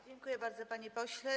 Dziękuję bardzo, panie pośle.